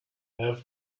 have